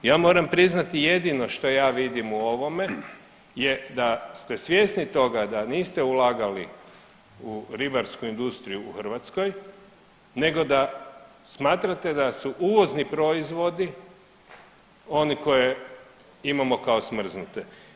Ja moram priznati jedno što ja vidim u ovome je da ste svjesni toga da niste ulagali u ribarsku industriju u Hrvatskoj nego da smatrate da su uvozni proizvodi oni koje imamo kao smrznute.